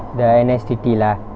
the N_S_T_T lah